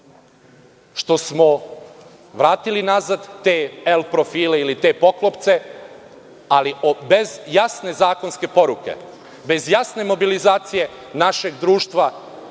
što smo vratili nazad te „el“ profile ili te poklopce, ali bez jasne zakonske poruke, bez jasne mobilizacije našeg društva,